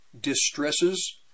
distresses